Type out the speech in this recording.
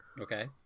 okay